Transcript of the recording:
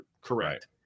Correct